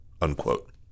unquote